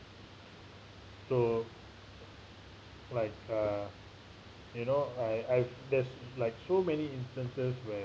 so like uh you know I I there's like so many instances where